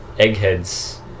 Eggheads